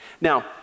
Now